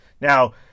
Now